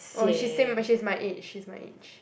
oh she same a~ she's my age she's my age